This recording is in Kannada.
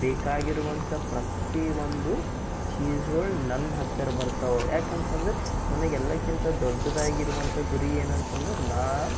ಬೇಕಾಗಿರುವಂಥ ಪ್ರತಿ ಒಂದು ಚೀಸ್ಗಳು ನನ್ನ ಹತ್ತಿರ ಬರ್ತವೆ ಯಾಕಂತಂದರೆ ನನಗೆ ಎಲ್ಲಕ್ಕಿಂತ ದೊಡ್ಡದಾಗಿರುವಂಥ ಗುರಿ ಏನಂತಂದರೆ ನಾನು